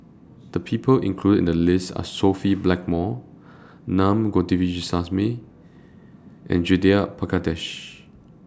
The People included in The list Are Sophia Blackmore Naa Govindasamy and Judith Prakash